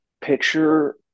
picture